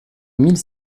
mille